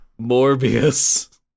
Morbius